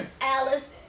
Alice